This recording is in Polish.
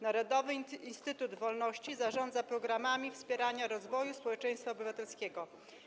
Narodowy Instytut Wolności zarządza programami wspierania rozwoju społeczeństwa obywatelskiego.